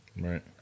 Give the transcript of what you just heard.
Right